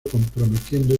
prometiendo